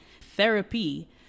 Therapy